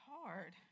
hard